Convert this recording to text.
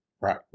Right